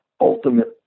ultimate